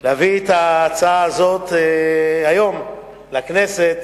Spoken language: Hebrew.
להביא את ההצעה הזאת היום לכנסת